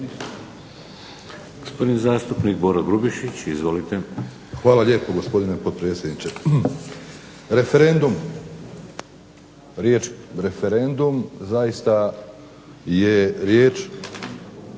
Hvala lijepo gospodine potpredsjedniče. Referendum, riječ referendum zaista je riječ